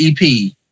EP